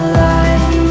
light